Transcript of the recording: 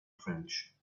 french